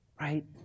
right